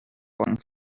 one